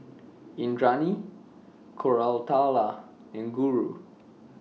Indranee Koratala and Guru